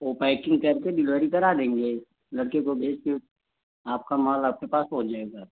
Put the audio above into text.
वह पैकिंग करके डिलवरी करा देंगे लड़के को भेज कर आपका माल आपके पास पहुँच जाएगा